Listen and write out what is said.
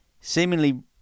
seemingly